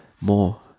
more